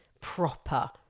proper